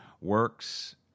works